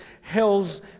hell's